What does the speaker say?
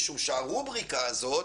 מפני שהרובריקה הזאת